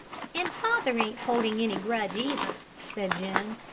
and father ain't holding any grudge, either, said jim.